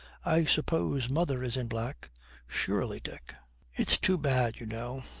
i suppose mother is in black surely, dick it's too bad, you know